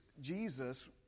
Jesus